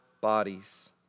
bodies